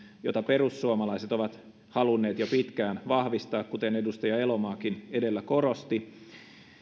jota perussuomalaiset ovat halunneet jo pitkään vahvistaa kuten edustaja elomaakin edellä korosti